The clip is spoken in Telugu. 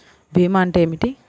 భీమా అంటే ఏమిటి?